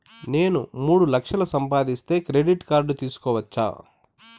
నేను మూడు లక్షలు సంపాదిస్తే క్రెడిట్ కార్డు తీసుకోవచ్చా?